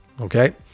Okay